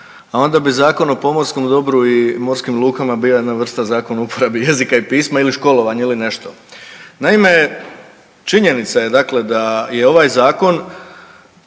A onda bi Zakon o pomorskom dobru i morskim lukama bila jedna vrsta zakona o uporabi jezika i pisma ili školovanje ili nešto. Naime, činjenica je da je ovaj zakon